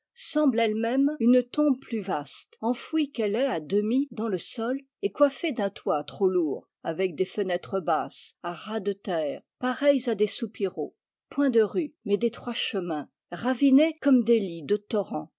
semble elle-même une tombe plus vaste enfouie qu'elle est à demi dans le sol et coiffée d'un toit trop lourd avec des fenêtres basses à ras de terre pareilles à des soupiraux point de rues mais d'étroits chemins ravinés comme des lits de torrents